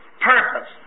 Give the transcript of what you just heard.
purpose